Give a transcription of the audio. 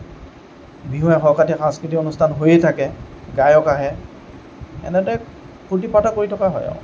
বিহুৱে সংক্ৰান্তিয়ে সাংস্কৃতিক অনুষ্ঠান হৈয়ে থাকে গায়ক আহে এনেদৰে ফুৰ্ত্তি ফাৰ্তা কৰি থকা হয় আৰু